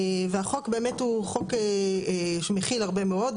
החוק הוא חוק שמכיל הרבה מאוד,